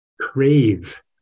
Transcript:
crave